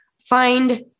find